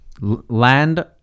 Land